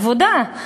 עבודה.